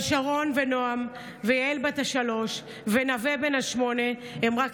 אבל שרון ונעם ויהל בת השלוש ונווה בן השמונה הם רק